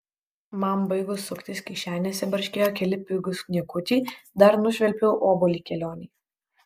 man baigus suktis kišenėse barškėjo keli pigūs niekučiai dar nušvilpiau obuolį kelionei